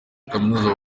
kaminuza